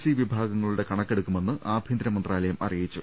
C വിഭാഗങ്ങളുടെ കണക്ക് എടുക്കുമെന്ന് ആഭ്യന്തര മന്ത്രാലയം അറിയിച്ചു